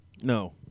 No